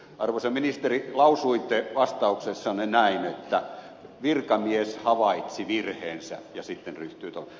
arvoisa ministeri lausuitte vastauksessanne että virkamies havaitsi virheensä ja sitten ryhtyi toimiin